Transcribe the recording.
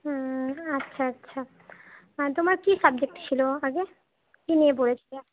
হুমম আচ্ছা আচ্ছা তোমার কী সাবজেক্ট ছিল আগে কী নিয়ে পড়েছিলে